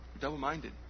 Double-minded